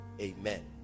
Amen